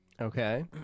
Okay